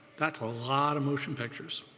that's a lot of motion pictures.